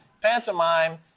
pantomime